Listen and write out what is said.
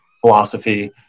philosophy